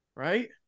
Right